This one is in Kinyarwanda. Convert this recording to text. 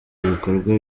ibikorwa